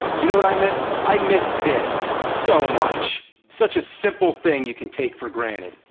you know what i miss? i miss this so much! such a simple thing you can take for granted.